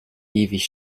ewig